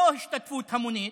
לא השתתפות המונית,